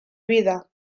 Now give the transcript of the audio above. vida